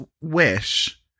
wish